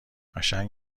قشنگ